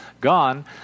gone